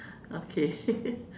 okay